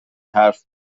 حرف